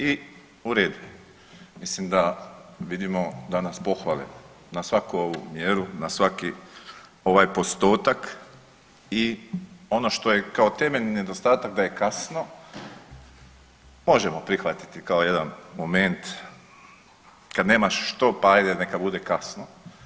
I u redu, mislim da vidimo danas pohvale na svaku ovu mjeru, na svaki ovaj postotak i ono što je kao temeljni nedostatak da je kasno, možemo prihvatiti kao jedan moment kad nemaš što pa ajde neka bude kasno.